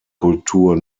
kultur